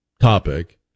topic